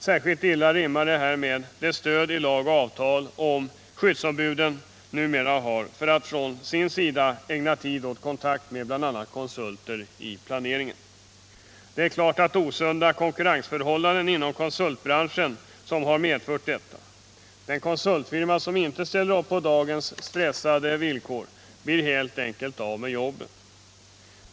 Särskilt illa rimmar detta med det stöd i lag och avtal som skyddsombuden numera har för att ägna tid åt kontakt med bl.a. konsulter vid planeringen. Det är klart att det är osunda konkurrensförhållanden inom konsultbranschen som har medfört detta. Den konsultfirma som inte ställer upp på dagens stressande villkor blir helt enkelt av med jobbet.